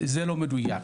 זה לא מדויק,